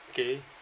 okay